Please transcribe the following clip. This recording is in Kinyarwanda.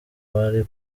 wari